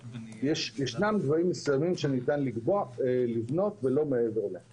ישנם גבהים מסוימים שניתן לבנות ולא מעבר להם